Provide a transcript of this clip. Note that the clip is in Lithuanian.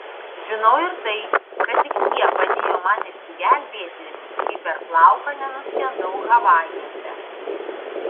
žinau ir tai kad tik jie padėjo man išsigelbėti kai per plauką nenuskendau havajuose